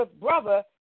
brother